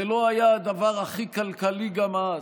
זה לא היה הדבר הכי כלכלי גם אז.